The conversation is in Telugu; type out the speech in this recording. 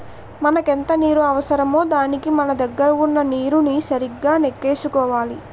మనకెంత నీరు అవసరమో దానికి మన దగ్గర వున్న నీరుని సరిగా నెక్కేసుకోవాలి